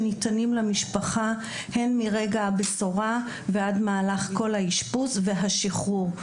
שניתנים למשפחה הן מרגע הבשורה ועד מהלך כל האשפוז והשחרור.